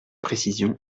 précisions